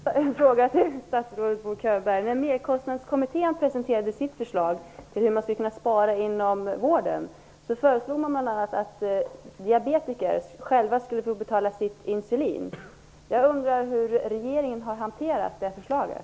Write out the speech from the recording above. Fru talman! Jag har en fråga till statsrådet Bo Könberg. När merkostnadskommittén presenterade sitt förslag till hur man skulle kunna spara inom vården, föreslog man bl.a. att diabetiker själva skulle få betala sitt insulin. Jag undrar hur regeringen har hanterat förslaget.